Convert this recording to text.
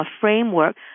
framework